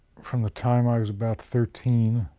from the time i was about thirteen